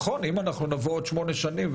נכון אם ננהל דיון כזה עוד שמונה שנים,